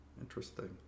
Interesting